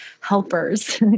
helpers